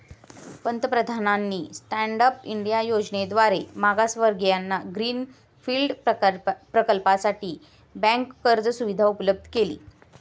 पंतप्रधानांनी stand up India योजनेद्वारे मागासवर्गीयांना ग्रीन फील्ड प्रकल्पासाठी बँक कर्ज सुविधा उपलब्ध केली